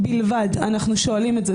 זכאי חוק השבות בלבד, אנחנו שואלים את זה.